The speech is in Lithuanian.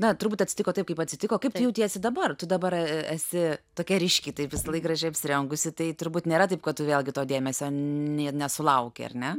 na turbūt atsitiko taip kaip atsitiko kaip tu jautiesi dabar tu dabar esi tokia ryški taip visąlaik gražiai apsirengusi tai turbūt nėra taip kad tu vėlgi to dėmesio nė nesulauki ar ne